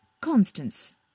Constance